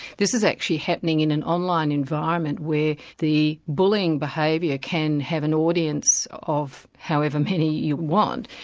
this is actually happening in an online environment where the bullying behaviour can have an audience of however many you want,